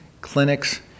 clinics